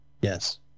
Yes